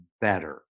better